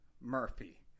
Murphy